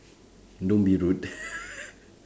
don't be rude